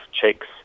checks